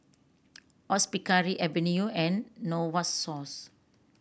Hospicare Avene and Novosource